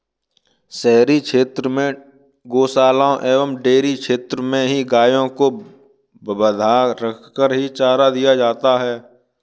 शहरी क्षेत्र में गोशालाओं एवं डेयरी क्षेत्र में ही गायों को बँधा रखकर ही चारा दिया जाता है